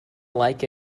like